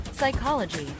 psychology